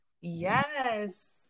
Yes